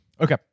Okay